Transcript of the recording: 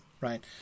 Right